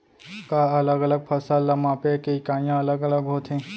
का अलग अलग फसल ला मापे के इकाइयां अलग अलग होथे?